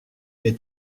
est